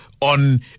on